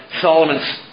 Solomon's